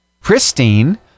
pristine